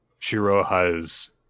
Shiroha's